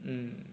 mm